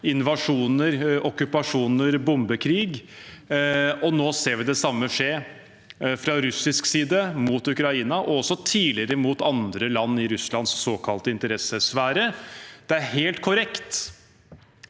invasjoner, okkupasjoner og bombekrig. Nå ser vi det samme skje fra russisk side mot Ukraina og også tidligere mot andre land i Russlands såkalte interessesfære. Det er helt korrekt